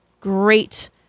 great